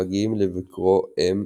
מגיעים לבקרו M,